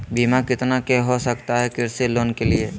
बीमा कितना के हो सकता है कृषि लोन के लिए?